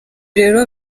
rero